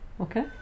okay